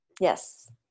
Yes